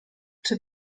czy